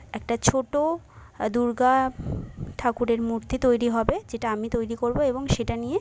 একটা ছোটো দুর্গা ঠাকুরের মূর্তি তৈরি হবে যেটা আমি তৈরি করবো এবং সেটা নিয়ে